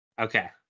Okay